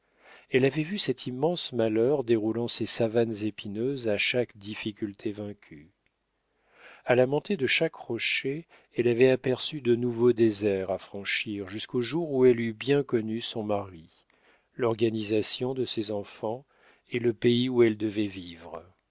elle avait vu cet immense malheur déroulant ses savanes épineuses à chaque difficulté vaincue a la montée de chaque rocher elle avait aperçu de nouveaux déserts à franchir jusqu'au jour où elle eut bien connu son mari l'organisation de ses enfants et le pays où elle devait vivre